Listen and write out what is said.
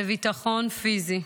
לביטחון פיזי.